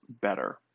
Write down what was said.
better